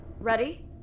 Ready